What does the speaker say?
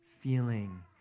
feeling